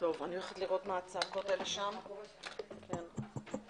הישיבה ננעלה בשעה 15:20.